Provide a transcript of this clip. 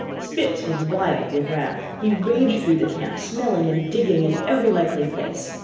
spitz was wild with wrath. he raged through the camp, smelling and digging in every likely place,